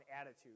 attitude